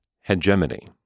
Hegemony